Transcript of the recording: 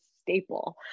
staple